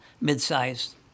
mid-sized